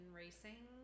racing